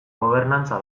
gobernantza